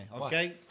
okay